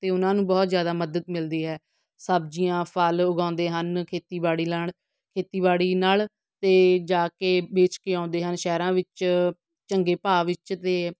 ਅਤੇ ਉਹਨਾਂ ਨੂੰ ਬਹੁਤ ਜ਼ਿਆਦਾ ਮਦਦ ਮਿਲਦੀ ਹੈ ਸਬਜ਼ੀਆਂ ਫਲ਼ ਉਗਾਉਂਦੇ ਹਨ ਖੇਤੀਬਾੜੀ ਨਾਲ ਖੇਤੀਬਾੜੀ ਨਾਲ ਅਤੇ ਜਾ ਕੇ ਵੇਚ ਕੇ ਆਉਂਦੇ ਹਨ ਸ਼ਹਿਰਾਂ ਵਿੱਚ ਚੰਗੇ ਭਾਅ ਵਿੱਚ ਅਤੇ